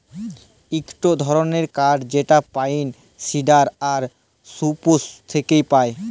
ইকটো ধরণের কাঠ যেটা পাইন, সিডার আর সপ্রুস থেক্যে পায়